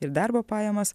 ir darbo pajamas